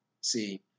See